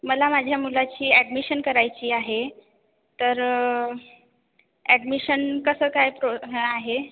मला माझ्या मुलाची ॲडमिशन करायची आहे तर ॲडमिशन कसं काय प्रो हे आहे